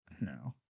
No